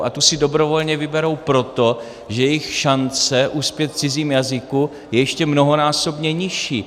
A tu si dobrovolně vyberou proto, že jejich šance uspět v cizím jazyku je ještě mnohonásobně nižší.